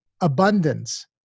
abundance